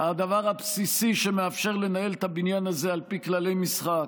הדבר הבסיסי שמאפשר לנהל את הבניין הזה על פי כללי משחק,